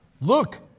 look